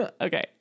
Okay